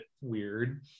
weird